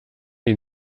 ihn